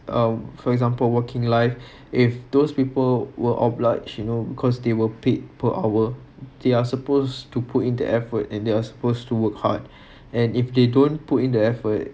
um for example working life if those people were obliged you know because they will paid per hour they are supposed to put in the effort and they are supposed to work hard and if they don't put in the effort